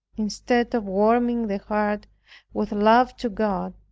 instead of warming the heart with love to god,